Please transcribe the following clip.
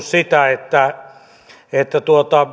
sitä että että